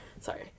Sorry